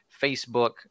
Facebook